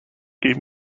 gave